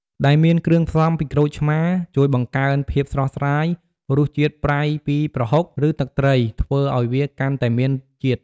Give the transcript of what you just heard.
ដែលមានគ្រឿងផ្សំ ពីក្រូចឆ្មារ ជួយបង្កើនភាពស្រស់ស្រាយ រសជាតិប្រៃពីប្រហុក ឬទឹកត្រី ធ្វើឱ្យវាកាន់តែមានជាតិ។